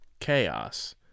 Chaos